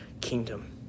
kingdom